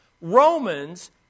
Romans